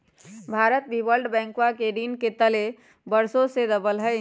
भारत भी वर्ल्ड बैंकवा के ऋण के तले वर्षों से दबल हई